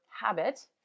habit